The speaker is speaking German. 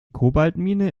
kobaltmine